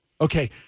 Okay